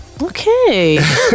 Okay